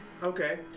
Okay